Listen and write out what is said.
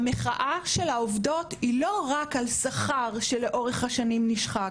המחאה של העובדות היא לא רק על השכר שלאורך השנים נשחק